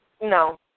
No